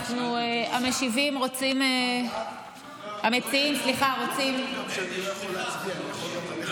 המציעים רוצים, לא, יש תמיכה.